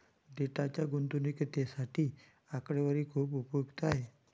डेटाच्या गुणवत्तेसाठी आकडेवारी खूप उपयुक्त आहे